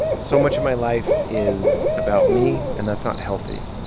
so much of my life is about me, and that's not healthy.